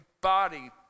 body